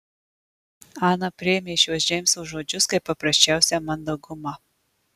ana priėmė šiuos džeimso žodžius kaip paprasčiausią mandagumą